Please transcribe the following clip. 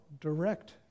direct